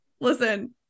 Listen